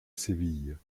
séville